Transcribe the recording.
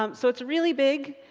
um so it's really big.